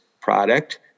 product